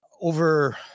over